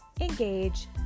engage